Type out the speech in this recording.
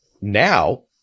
Now